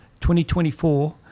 2024